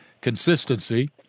consistency